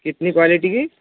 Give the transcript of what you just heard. کتنی کوالٹی کی